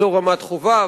אזור רמת-חובב,